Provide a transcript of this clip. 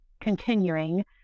continuing